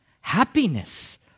happiness